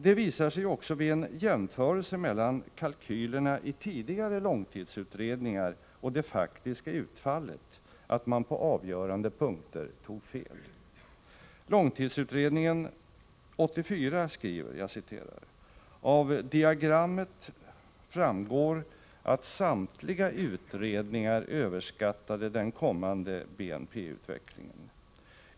Det visar sig ju också vid en jämförelse mellan kalkylerna i tidigare långtidsutredningar och det faktiska utfallet att man på avgörande punkter tog fel. LU 84 skriver: ”Av diagrammet framgår att samtliga utredningar överskattade den kommande BNP-utvecklingen.